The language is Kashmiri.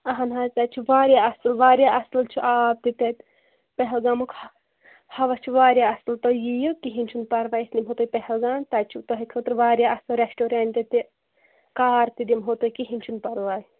اہن حظ تَتہِ چھُ واریاہ اصل واریاہ اصل چھُ آب تہِ تَتہِ پہلگامُک ہوا چھُ واریاہ اصل تُہۍ یِیوکہینۍ چھُنہٕ پرواے أسۍ نِمہو تُہی پہلگام تَتہِ چھُ تۄہہ خٲطٕر واریاہ اصل ریٚسٹورنٛٹ تہِ کار تہِ دِمہو تۄہہِ کہینۍ چھُنہٕ پرواے